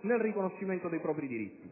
nel riconoscimento dei propri diritti.